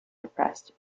depressed